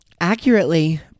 accurately